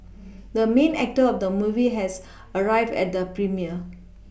the main actor of the movie has arrived at the premiere